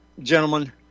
gentlemen